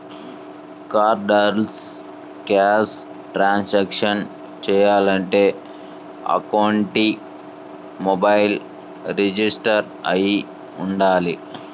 cardless cash transactions చెయ్యాలంటే అకౌంట్కి mobile register అయ్యి వుండాలి